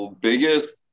biggest